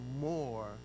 more